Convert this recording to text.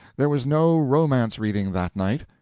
there was no romance-reading that night.